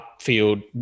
upfield